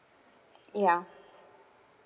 ya